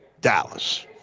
dallas